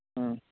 ہاں